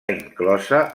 inclosa